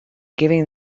giving